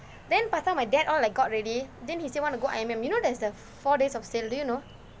then by the time my dad all like got ready then he say want to go I_M_M you know there's the four days of sale do you know